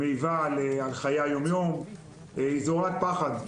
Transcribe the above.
שמעיבות על חיי היום-יום וזורעות פחד.